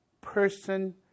person